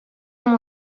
amb